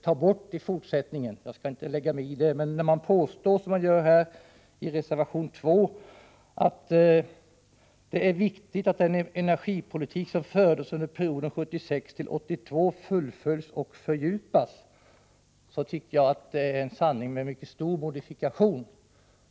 Jag skall emellertid inte lägga mig i den saken. I reservation 2 skrivs det emellertid att det är viktigt ”att den energipolitik som fördes under perioden 1976-1982 fullföljs och fördjupas”, vilket, enligt min mening, är en sanning med mycket stor modifikation.